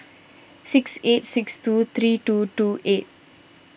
six eight six two three two two eight